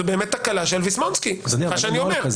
זה באמת תקלה של ויסמונסקי, סליחה שאני אומר.